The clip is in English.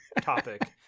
topic